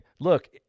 look